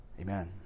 Amen